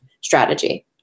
strategy